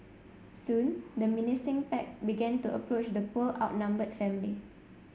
soon the menacing pack began to approach the poor outnumbered family